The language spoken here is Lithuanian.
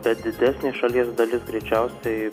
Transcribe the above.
tad didesnė šalies dalis greičiausiai